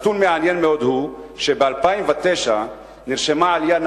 נתון מעניין מאוד הוא שב-2009 נרשמה עלייה